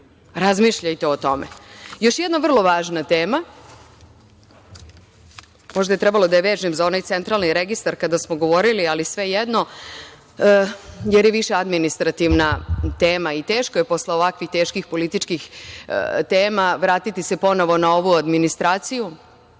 Razmišljajte o tome. Još jedno vrlo važna tema, možda je trebalo da je vežem za onaj centralni registar kada smo govorili, ali svejedno, jer je više administrativna tema i teško je posle ovakvih teških političkih tema vratiti se ponovo na ovu administraciju,